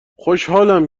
خوشحالم